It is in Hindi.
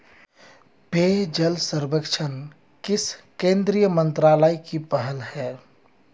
पेयजल सर्वेक्षण किस केंद्रीय मंत्रालय की पहल है?